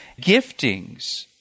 giftings